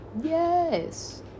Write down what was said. Yes